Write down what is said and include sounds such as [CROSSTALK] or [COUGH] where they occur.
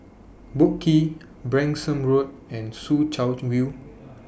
[NOISE] Boat Quay Branksome Road and Soo Chow View